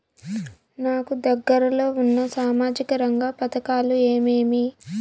నాకు దగ్గర లో ఉన్న సామాజిక రంగ పథకాలు ఏమేమీ?